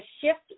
shift